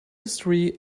history